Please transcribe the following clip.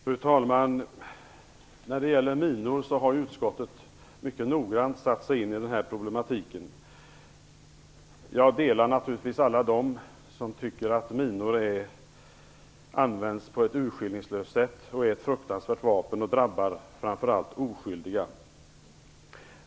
Fru talman! Utskottet har mycket noggrant satt sig in i problematiken när det gäller minor. Jag delar uppfattningen hos alla dem som tycker att minor används på ett urskillningslöst sätt och är ett fruktansvärt vapen som drabbar framför allt oskyldiga.